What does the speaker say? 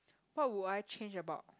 what would I change about